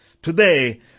Today